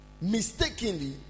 mistakenly